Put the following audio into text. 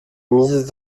mise